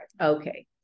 okay